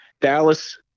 Dallas